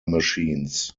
machines